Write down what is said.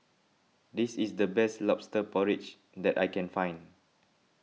this is the best Lobster Porridge that I can find